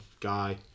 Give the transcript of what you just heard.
guy